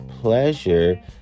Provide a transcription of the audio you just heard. pleasure